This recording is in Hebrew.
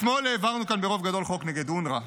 אתמול העברנו כאן ברוב גדול חוק נגד אונר"א,